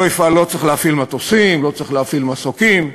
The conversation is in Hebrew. לא צריך להפעיל מטוסים, לא צריך להפעיל מסוקים,